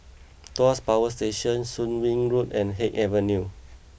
Tuas Power Station Soon Wing Road and Haig Avenue